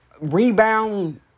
rebound